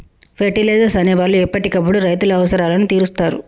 fertilisers అనే వాళ్ళు ఎప్పటికప్పుడు రైతుల అవసరాలను తీరుస్తారు